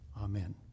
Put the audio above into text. Amen